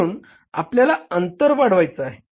म्हणून आपल्याला अंतर वाढवायचा आहे